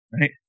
right